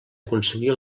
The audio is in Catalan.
aconseguir